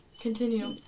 Continue